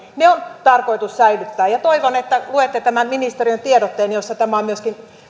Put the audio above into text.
on tarkoitus säilyttää ja ja toivon että luette tämän ministeriön tiedotteen jossa tämä on